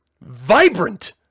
vibrant